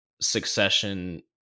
succession